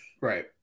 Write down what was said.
Right